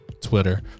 Twitter